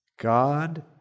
God